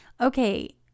Okay